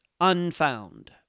Unfound